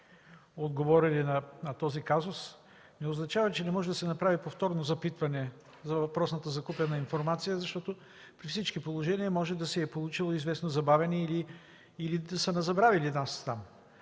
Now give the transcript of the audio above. отговорили на този казус, не означава, че не може да се направи повторно запитване за въпросната закупена информация, защото при всички положения може да се е получило известно забавяне или там да са ни забравили.